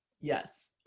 Yes